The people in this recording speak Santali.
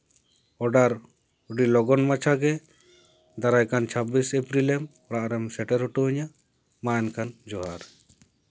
ᱚᱰᱟᱨ ᱟᱹᱰᱤ ᱞᱚᱜᱚᱱ ᱢᱟᱪᱷᱟ ᱜᱮ ᱫᱟᱨᱟᱭᱠᱟᱱ ᱪᱷᱟᱹᱵᱽᱵᱤᱥ ᱮᱯᱨᱤᱞᱮᱢ ᱚᱲᱟᱜ ᱨᱮᱢ ᱥᱮᱴᱮᱨ ᱦᱚᱴᱚ ᱤᱧᱟ ᱢᱟ ᱮᱱᱠᱷᱟᱱ ᱡᱚᱦᱟᱨ